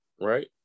right